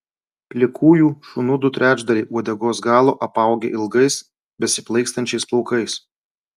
plikųjų šunų du trečdaliai uodegos galo apaugę ilgais besiplaikstančiais plaukais